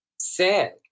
sad